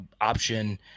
option